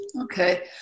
Okay